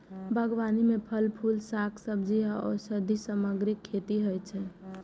बागबानी मे फल, फूल, शाक, सब्जी आ औषधीय सामग्रीक खेती होइ छै